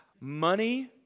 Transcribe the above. Money